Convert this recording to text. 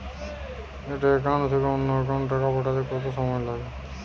একটি একাউন্ট থেকে অন্য একাউন্টে টাকা পাঠাতে কত সময় লাগে?